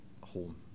home